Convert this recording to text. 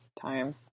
time